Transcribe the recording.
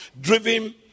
driven